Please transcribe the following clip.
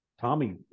Tommy